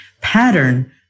pattern